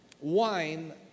Wine